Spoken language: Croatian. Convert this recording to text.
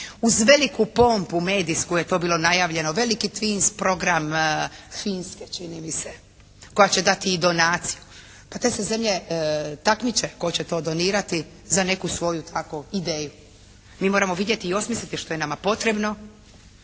Uz veliku pompu medijsku je to bilo najavljeno, veliki twins program Finske čini mi se koja će dati i donacije. Pa te se zemlje takmiče tko će to donirati za neku svoju tako ideju. Mi moramo vidjeti i osmisliti što je nama potrebno